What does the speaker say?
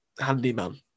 handyman